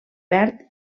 verd